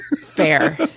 Fair